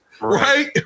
Right